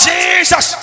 Jesus